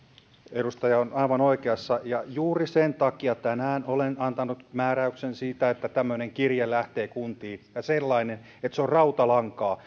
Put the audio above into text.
edustaja on aivan oikeassa ja juuri sen takia tänään olen antanut määräyksen siitä että tämmöinen kirje lähtee kuntiin ja sellainen että se on rautalankaa